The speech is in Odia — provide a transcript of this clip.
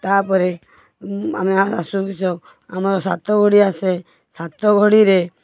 ତାପରେ ଆମେ ଆସୁବି ସ ଆମର ସାତଘଡ଼ି ଆସେ ସାତଘଡ଼ିରେ